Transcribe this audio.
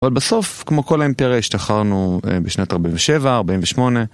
אבל בסוף, כמו כל האימפריה, השתחררנו בשנת 47, 48.